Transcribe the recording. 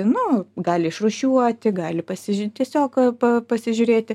nu gali išrūšiuoti gali pasiži tiesiog pa pasižiūrėti